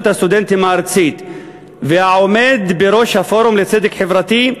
הסטודנטים הארצית והעומד בראש הפורום לצדק חברתי,